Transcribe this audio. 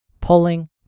pulling